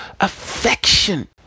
affection